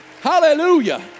hallelujah